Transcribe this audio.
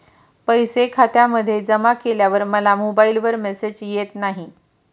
पैसे खात्यामध्ये जमा केल्यावर मला मोबाइलवर मेसेज येत नाही?